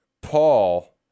Paul